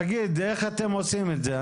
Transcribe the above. תגיד איך אתם עושים את זה?